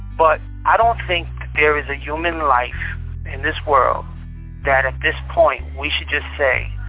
but i don't think there is a human life in this world that at this point we should just say,